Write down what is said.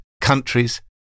countries